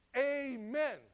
Amen